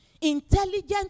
Intelligent